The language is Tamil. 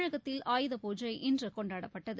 தமிழகத்தில் ஆயுத பூஜை இன்று கொண்டாடப்பட்டது